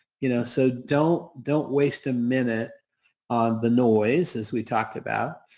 you know so, don't don't waste a minute on the noise as we talked about